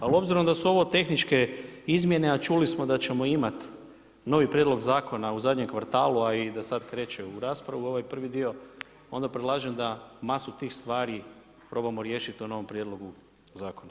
Ali obzirom da su ovo tehničke izmjene, a čuli smo da ćemo imati novi prijedlog zakona u zadnjem kvartalu a i da sad kreće u raspravu ovaj prvi dio, onda predlažem da masu tih stvari probamo riješiti u novom prijedlogu zakona.